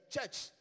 church